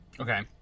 Okay